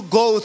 go